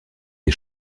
des